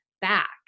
back